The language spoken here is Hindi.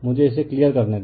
मुझे इसे क्लियर करने दे